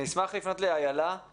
אשמח לפנות לאיילה,